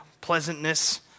pleasantness